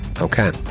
Okay